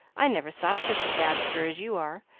i never saw such a dabster as you are.